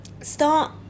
start